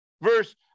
verse